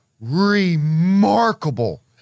remarkable